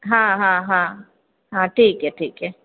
हँ हँ हँ हँ ठीक यऽ ठीक यऽ